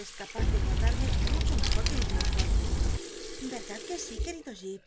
es capaz de guardarme mucho mejor que miss mürdstone renlad que sí querido jip